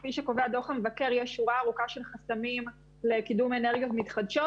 כפי שקובע דוח המבקר יש שורה ארוכה של חסמים לקידום אנרגיות מתחדשות,